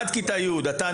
עד כיתה י' אתה,